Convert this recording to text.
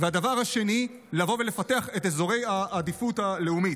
2. לבוא ולפתח את אזורי העדיפות הלאומית.